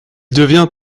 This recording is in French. devient